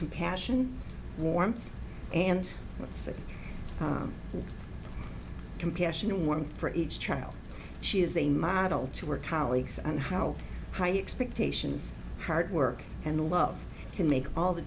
compassion warmth and compassion warmth for each child she is a model to work colleagues on how high expectations hard work and love can make all the